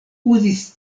uzis